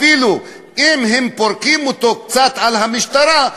אפילו אם הם פורקים אותו קצת על המשטרה,